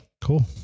Cool